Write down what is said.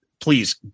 Please